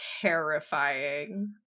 Terrifying